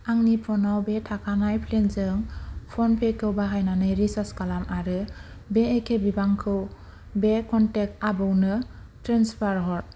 आंनि फन आव बे थाखानाय प्लेन जों फनपे खौ बाहायनानै रिसार्ज खालाम आरो बे एखे बिबांखौ बे क'नटेक्ट आबौनो ट्रेन्सफार हर